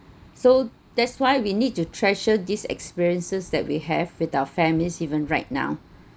so that's why we need to treasure these experiences that we have with our families even right now